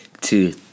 two